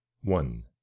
One